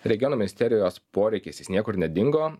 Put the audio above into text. regionų misterijos poreikis niekur jis nedingo